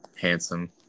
Handsome